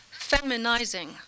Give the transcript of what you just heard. feminizing